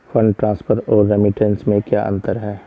Fund transfer और remittance में क्या अंतर है?